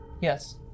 Yes